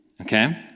Okay